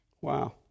Wow